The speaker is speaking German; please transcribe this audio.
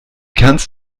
kannst